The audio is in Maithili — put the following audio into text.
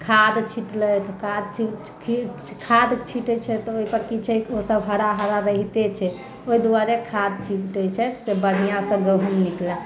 खाद्य छिटलथि काज खाद्य छिटैत छथि तऽ ओहि पर की छै ओसब हरा हरा रहिते छै ओहि दुआरे खाद्य छिटैत छथि से बढ़िआँ से गहूँम निकलै